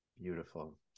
Beautiful